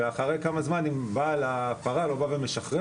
ואחרי כמה זמן אם בעל הפרה לא בא ומשחרר